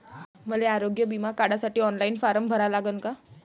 मले आरोग्य बिमा काढासाठी ऑनलाईन फारम भरा लागन का?